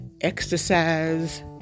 exercise